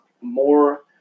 more